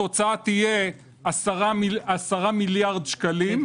התוצאה תהיה 10 מיליארד שקלים.